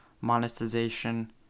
monetization